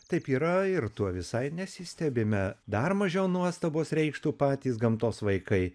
taip yra ir tuo visai nesistebime dar mažiau nuostabos reikštų patys gamtos vaikai